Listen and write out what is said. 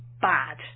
bad